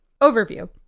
Overview